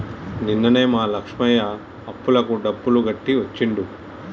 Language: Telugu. నిన్ననే మా లక్ష్మయ్య అప్పులకు డబ్బులు కట్టి వచ్చిండు